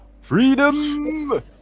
freedom